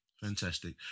Fantastic